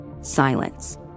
silence